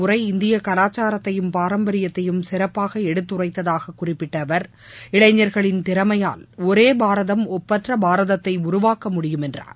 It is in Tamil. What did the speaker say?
உரை இந்திய கலாச்சாரத்தையும் பாரம்பரியத்தையும் சிறப்பாக எடுத்துரைத்தாக விவேகானந்தரின் குறிப்பிட்ட அவர் இளைஞர்களின் திறமையால் ஒரே பாரதம் ஒப்பற்ற பாரதத்தை உருவாக்க முடியும் என்றார்